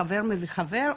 חבר מביא חבר,